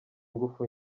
ingufu